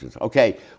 Okay